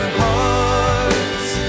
hearts